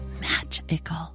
magical